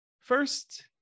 first